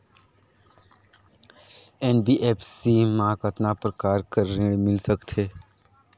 NBFC मा कतना प्रकार कर ऋण मिल सकथे?